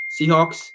Seahawks